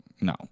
No